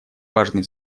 важные